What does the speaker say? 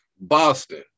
Boston